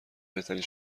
بهترین